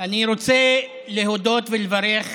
אני רוצה להודות ולברך